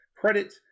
credit